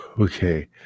Okay